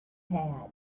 pad